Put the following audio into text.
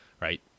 Right